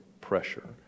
pressure